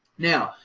now,